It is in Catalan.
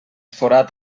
forat